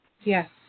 yes